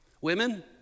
Women